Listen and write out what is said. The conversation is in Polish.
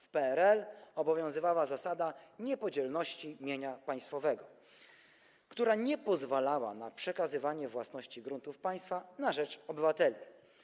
W PRL obowiązywała zasada niepodzielności mienia państwowego, która nie pozwalała na przekazywanie własności gruntów państwa na rzecz obywateli.